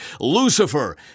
Lucifer